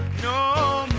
no